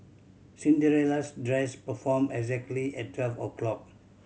Cinderella's dress transformed exactly at twelve o'clock